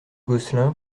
gosselin